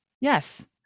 Yes